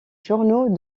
journaux